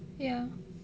ya